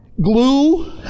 glue